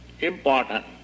Important